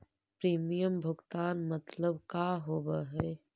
Premium भुगतान मतलब का होव हइ?